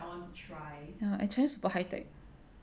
china super high tech